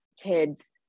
Kids